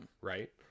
Right